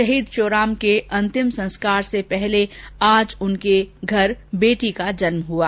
शहीद श्योराम के अंतिम संस्कार से पहले आज उनके घर बेटी का जन्म हुआ